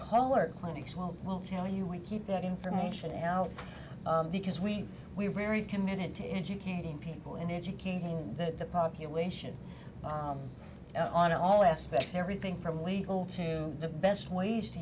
caller clinics well we'll tell you we keep that information out of the because we we are very committed to educating people and educating the population bomb on all aspects everything from legal to the best ways to